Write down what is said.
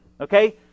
Okay